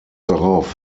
darauf